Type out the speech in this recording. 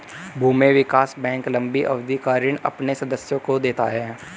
भूमि विकास बैंक लम्बी अवधि का ऋण अपने सदस्यों को देता है